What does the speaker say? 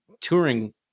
touring